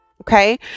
okay